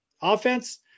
offense